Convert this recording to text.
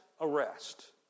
arrest